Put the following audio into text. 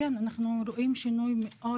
כן אנחנו רואים שינוי מאוד,